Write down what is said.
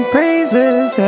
Praises